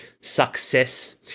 Success